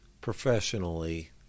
professionally